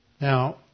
Now